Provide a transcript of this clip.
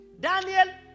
Daniel